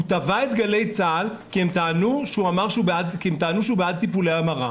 תבע את גלי צה"ל כי הם טענו שהוא בעד טיפולי המרה?